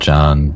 John